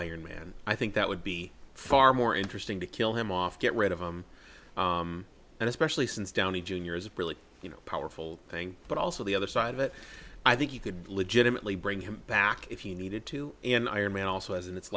iron man i think that would be far more interesting to kill him off get rid of him and especially since downey jr is a really you know powerful thing but also the other side of it i think you could legitimately bring him back if you needed to and iron man also has and it's